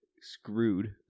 screwed